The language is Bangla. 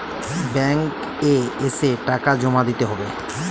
ব্যাঙ্ক এ এসে টাকা জমা দিতে হবে?